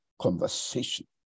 conversation